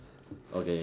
okay